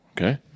okay